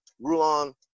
Rulon